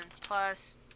plus